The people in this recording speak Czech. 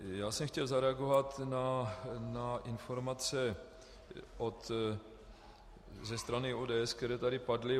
Já jsem chtěl zareagovat na informace ze strany ODS, které tady padly.